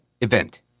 event